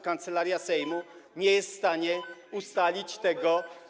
Kancelaria Sejmu nie jest w stanie ustalić tego.